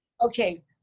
Okay